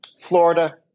florida